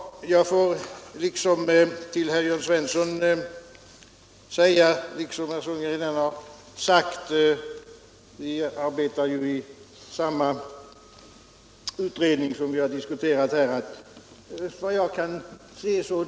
När det gäller Jörn Svensson får jag instämma i vad herr Sundgren redan sagt — vi arbetar ju båda i den utredning som här diskuteras.